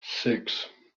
six